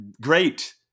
great